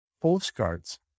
postcards